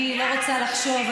אני לא רוצה לחשוב,